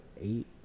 eight